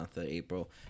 April